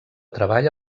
treball